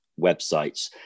websites